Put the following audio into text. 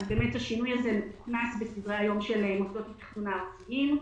השינוי הזה הוכנס בסדרי היום של מוסדות התכנון הארציים.